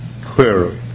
clearly